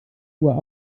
uhr